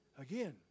Again